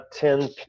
10